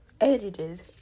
Edited